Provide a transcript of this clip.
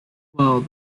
well